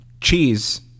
Cheese